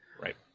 Right